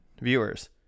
viewers